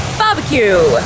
barbecue